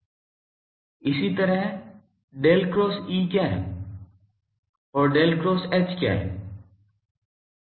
इसी तरह Del cross E क्या है और Del cross H क्या है